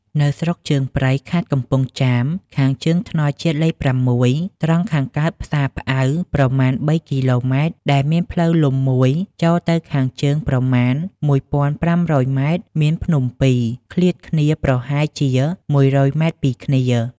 នៅស្រុកជើងព្រៃ ខេត្តកំពង់ចាម ខាងជើងថ្នល់ជាតិលេខ ៦ ត្រង់ខាងកើតផ្សារផ្អាវ ប្រមាណ ៣ គ.ម. ដែលមានផ្លូវលំ ១ ចូលទៅខាងជើង ប្រមាណ ១៥០០ ម. មានភ្នំពីរ ឃ្លាតគ្នាប្រហែលជា ១០០ ម. ពីគ្នា ។